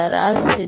சராசரி